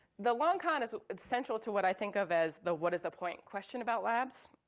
the long con is essential to what i think of as the what is the point question about labs.